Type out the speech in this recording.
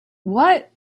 what